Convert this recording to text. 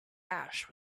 ash